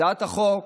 הצעת החוק